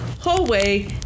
hallway